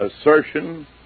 assertion